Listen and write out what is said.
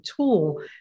tool